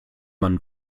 man